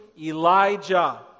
Elijah